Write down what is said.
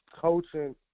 coaching